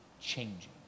changing